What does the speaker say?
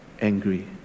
angry